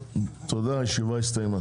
תודה, הישיבה הסתיימה.